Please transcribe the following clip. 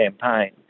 campaign